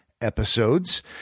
episodes